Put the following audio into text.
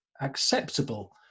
acceptable